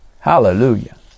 Hallelujah